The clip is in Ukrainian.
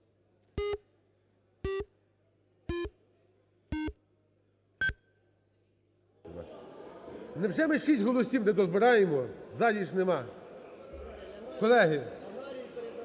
Невже ми 6 голосів не дозбираємо? В залі ж нема… Колеги,